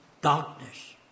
darkness